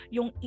Yung